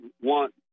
want